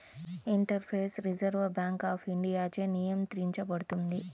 interface Reserve Bank of ఇండియాచే నియంత్రించబడుతుంది